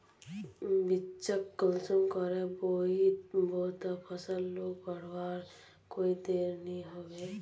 बिच्चिक कुंसम करे बोई बो ते फसल लोक बढ़वार कोई देर नी होबे?